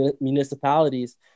municipalities